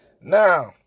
Now